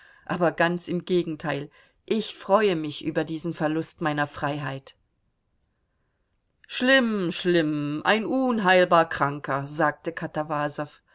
aber ganz im gegenteil ich freue mich über diesen verlust meiner freiheit schlimm schlimm ein unheilbarer kranker sagte